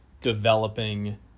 developing